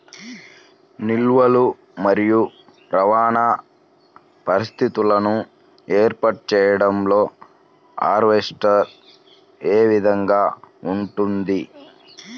నిల్వ మరియు రవాణా పరిస్థితులను ఏర్పాటు చేయడంలో హార్వెస్ట్ ఏ విధముగా ఉంటుంది?